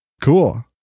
Cool